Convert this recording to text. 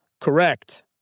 Correct